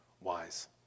wise